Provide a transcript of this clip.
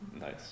nice